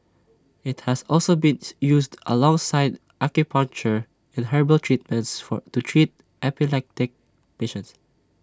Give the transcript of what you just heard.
IT has also been used alongside acupuncture and herbal treatments for to treat epileptic patients